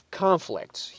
conflicts